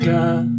God